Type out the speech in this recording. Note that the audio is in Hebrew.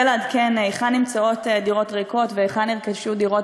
ולעדכן היכן נמצאות דירות ריקות והיכן נרכשו דירות,